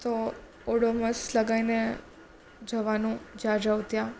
તો ઓડોમસ લગાવીને જવાનું જ્યાં જાવ ત્યાં